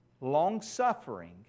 long-suffering